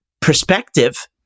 perspective